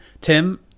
tim